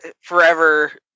forever